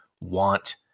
want